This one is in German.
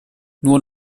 nur